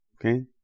Okay